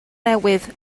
newydd